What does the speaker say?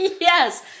yes